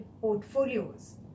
portfolios